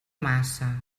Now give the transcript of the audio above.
massa